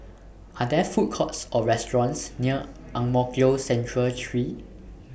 Are There Food Courts Or restaurants near Ang Mo Kio Central three